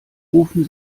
rufen